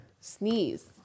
Sneeze